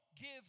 give